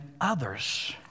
others